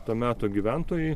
to meto gyventojai